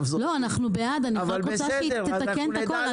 אנחנו בעד, רק רוצים שהיא תתקן הכול.